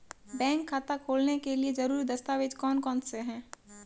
Bank खाता खोलने के लिए ज़रूरी दस्तावेज़ कौन कौनसे हैं?